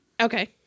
Okay